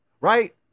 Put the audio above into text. Right